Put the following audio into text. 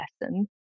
lesson